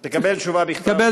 אני קורא